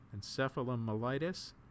encephalomyelitis